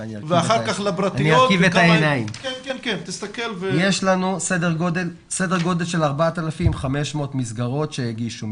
יש לנו סדר גודל של 4,500 מסגרות שהגישו.